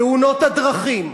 תאונות הדרכים,